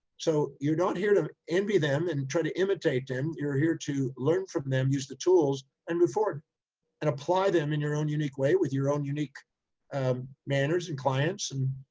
so you're not here to envy them and try to imitate them. you're here to learn from them, use the tools and move forward and apply them in your own unique way with your own unique um manners and clients and,